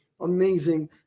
amazing